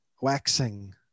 waxing